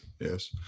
Yes